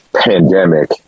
pandemic